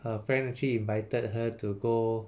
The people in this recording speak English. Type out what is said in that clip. a friend actually invited her to go